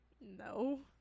No